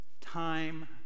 Time